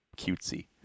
cutesy